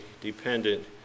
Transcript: dependent